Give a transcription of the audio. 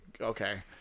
okay